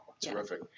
terrific